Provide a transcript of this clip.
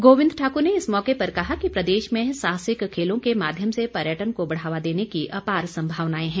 गोबिंद ठाक्र ने इस मौके पर कहा कि प्रदेश में साहसिक खेलों के माध्यम से पर्यटन को बढ़ावा देने की अपार संभावनाए हैं